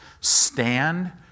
stand